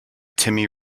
timmy